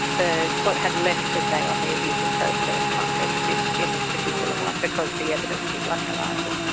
the court had less to say on the abuse of process context in in this particular one because the evidence was unreliable.